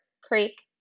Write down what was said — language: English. Creek